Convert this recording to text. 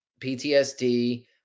PTSD